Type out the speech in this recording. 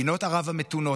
מדינות ערב המתונות,